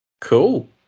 Cool